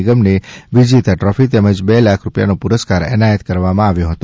નિગમને વિજેતા ટ્રોફી તેમજ બે લાખ રૂપિયા નો પુરસ્કાર એનાયત કરવામાં આવ્યા હતા